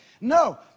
No